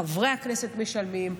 חברי הכנסת משלמים,